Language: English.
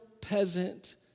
peasant